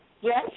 Yes